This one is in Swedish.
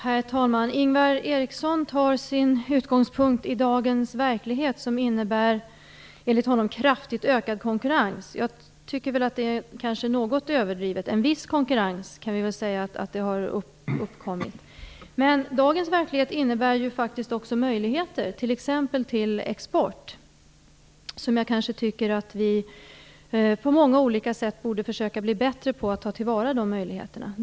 Herr talman! Ingvar Eriksson tar sin utgångspunkt i dagens verklighet som enligt honom innebär kraftigt ökad konkurrens. Jag tycker att det är något överdrivet. En viss konkurrens kan vi säga har uppkommit. Men dagens verklighet innebär faktiskt också möjligheter, t.ex. till export, som jag tycker att vi på många olika sätt borde försöka bli bättre på att ta vara på.